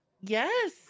Yes